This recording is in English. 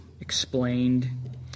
explained